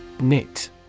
Knit